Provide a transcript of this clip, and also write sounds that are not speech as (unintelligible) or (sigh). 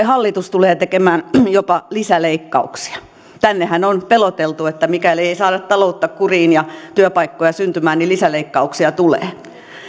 (unintelligible) hallitus tulee tekemään jopa lisäleikkauksia täällähän on peloteltu että mikäli ei saada taloutta kuriin ja työpaikkoja syntymään niin lisäleikkauksia tulee